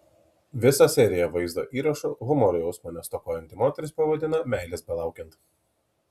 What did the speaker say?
visą seriją vaizdo įrašų humoro jausmo nestokojanti moteris pavadino meilės belaukiant